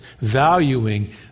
valuing